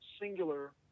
singular